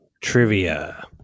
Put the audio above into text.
Trivia